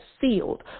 sealed